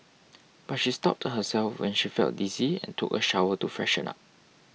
but she stopped herself when she felt dizzy and took a shower to freshen up